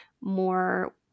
more